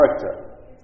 character